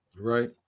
Right